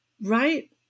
Right